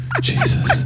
Jesus